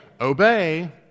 obey